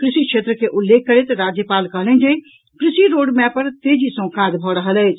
कृषि क्षेत्र के उल्लेख करैत राज्यपाल कहलनि जे कृषि रोड मैप पर तेजी सॅ काज भऽ रहल अछि